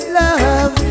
love